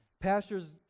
Pastors